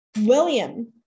William